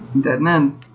Deadman